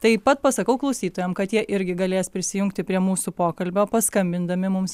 taip pat pasakau klausytojam kad jie irgi galės prisijungti prie mūsų pokalbio paskambindami mums